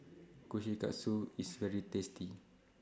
Kushikatsu IS very tasty